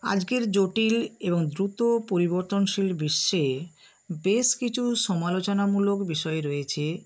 আজগের জটিল এবং দ্রুত পরিবর্তনশীল বিশ্বে বেশ কিচু সমালোচনামূলক বিষয় রয়েছে